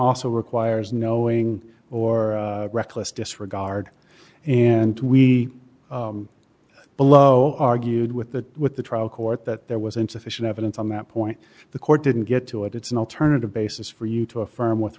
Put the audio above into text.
also requires knowing or reckless disregard and we below argued with that with the trial court that there was insufficient evidence on that point the court didn't get to it it's an alternative basis for you to affirm with